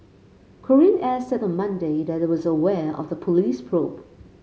Korean Air said on Monday that it was aware of the police probe